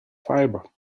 fibre